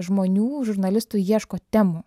žmonių žurnalistų ieško temų